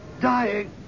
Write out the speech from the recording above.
dying